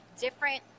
different